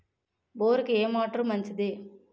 బోరుకి ఏ మోటారు మంచిది?